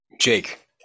Jake